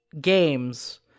games